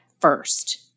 first